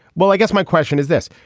well i guess my question is this.